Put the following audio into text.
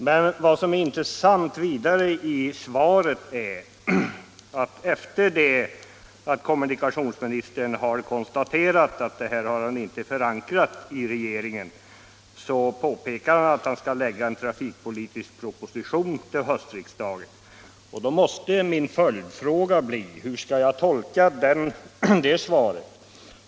Men vad som är intressant i svaret är vidare att kommunikationsministern, efter det att han konstaterat att han inte har förankrat förslaget i regeringen, meddelar att han skall framlägga en trafikpolitisk proposition till höstriksdagen. Då måste min följdfråga bli: Hur skall jag tolka det svaret?